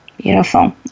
Beautiful